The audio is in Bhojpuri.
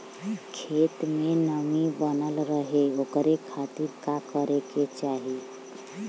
खेत में नमी बनल रहे ओकरे खाती का करे के चाही?